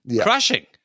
crushing